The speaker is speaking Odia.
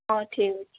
ହଁ ଠିକ୍ ଅଛି